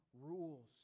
rules